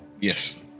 Yes